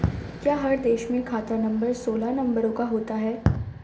क्या हर देश में खाता नंबर सोलह नंबरों का होता है?